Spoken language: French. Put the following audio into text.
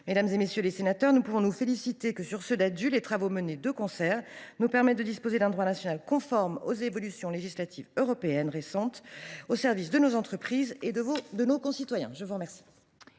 mesdames, messieurs les sénateurs, nous pouvons nous féliciter que, sur ce Ddadue, les travaux menés de concert nous permettent de disposer d’un droit national conforme aux évolutions législatives européennes récentes, au service de nos entreprises et de nos concitoyens. Nous passons